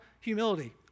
humility